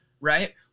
right